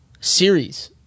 series